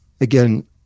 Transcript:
again